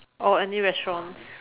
or any restaurants